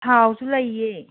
ꯊꯥꯎꯁꯨ ꯂꯩꯌꯦ